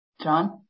John